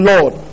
Lord